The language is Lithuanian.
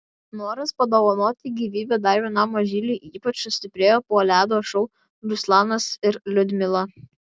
noras padovanoti gyvybę dar vienam mažyliui ypač sustiprėjo po ledo šou ruslanas ir liudmila